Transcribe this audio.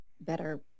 better